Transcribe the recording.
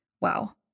wow